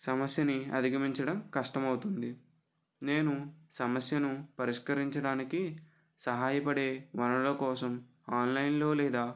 సమస్యని అధిగమించడం కష్టమవుతుంది నేను సమస్యను పరిష్కరించడానికి సహాయపడే వాళ్ళ కోసం ఆన్లైన్లో లేదా